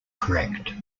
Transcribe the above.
correct